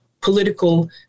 political